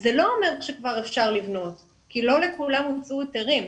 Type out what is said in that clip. זה לא אומר שכבר אפשר לבנות כי לא לכולם הוצאו היתרים.